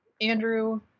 andrew